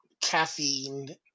caffeine